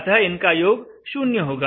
अतः इनका योग शून्य होगा